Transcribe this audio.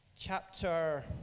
chapter